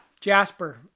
Jasper